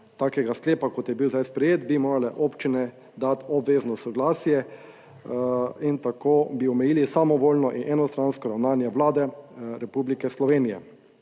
sklepa, kot je bil zdaj sprejet, bi morale občine dati obvezno soglasje, in tako bi omejili samovoljno in enostransko ravnanje Vlade Republike Slovenije,